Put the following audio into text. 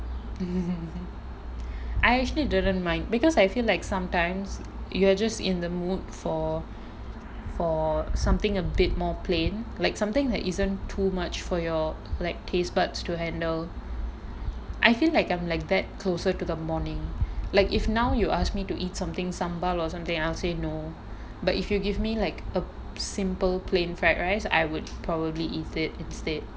I actually didn't mind because I feel like sometimes you are just in the mood for for something a bit more plain like something that isn't too much for your like taste buds to handle I feel like I'm like that closer to the morning like if now you ask me to eat something sambal or something I'll say no but if you give me like a simple plain fried rice I would probably eat it instead